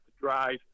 drive